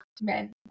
men